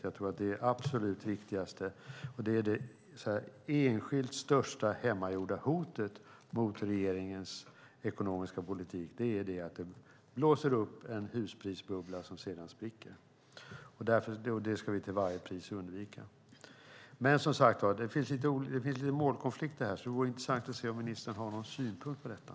Det är det absolut viktigaste, och det enskilt största hemmagjorda hotet mot regeringens ekonomiska politik är att den blåser upp en husprisbubbla som sedan spricker. Det ska vi till varje pris undvika. Det finns alltså lite målkonflikter här. Det vore intressant att höra om ministern har någon synpunkt på detta.